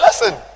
listen